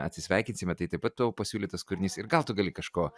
atsisveikinsime tai taip pat tavo pasiūlytas kūrinys ir gal tu gali kažko